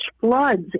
floods